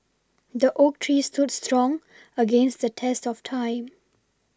the oak tree stood strong against the test of time